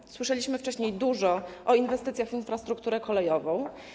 Dużo słyszeliśmy wcześniej o inwestycjach w infrastrukturę kolejową.